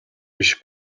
биш